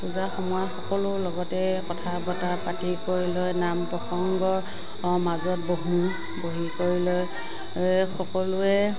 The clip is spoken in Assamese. পূজা সময়ত সকলোৰ লগতে কথা বতৰা পাতি কৰি লৈ নাম প্ৰসঙ্গ মাজত বহোঁ বহি কৰি লৈ সকলোৱে